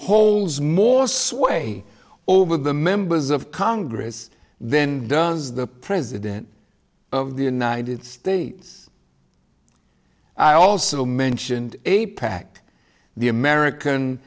holds more sway over the members of congress then does the president of the united states i also mentioned a pact the american